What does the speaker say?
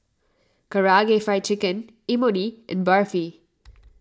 Karaage Fried Chicken Imoni and Barfi